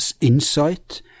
insight